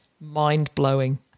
mind-blowing